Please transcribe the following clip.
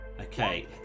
Okay